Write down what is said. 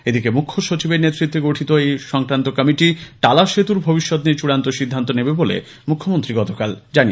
এদিকে মুখ্য সচিবের নেতৃত্বে গঠিত এই সংক্রান্ত কমিটি টালা সেতুর ভবিষ্যত নিয়ে চুড়ান্ত সিদ্ধান্ত নেবে বলে মুখ্যমন্ত্রী এদিন জানান